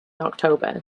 october